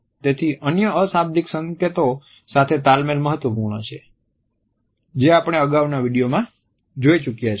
તેથી અન્ય અશાબ્દિક સંકેતો સાથે તાલમેલ મહત્વપૂર્ણ છે જે આપણે અગાઉના વીડિયોમાં જોઈ ચૂક્યા છીએ